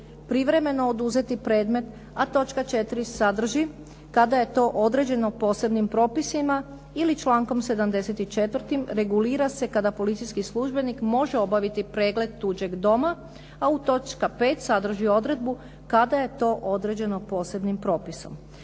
privremeno oduzeti predmet", a točka 4. sadrži "kada je to određeno posebnim propisima" ili člankom 74. "regulira se kada policijski službenik može obaviti pregled tuđeg doma". A u točki 5. sadrži odredbu kada je to određeno posebnim propisom.